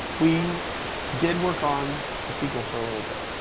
we did work on a sequel for a little bit.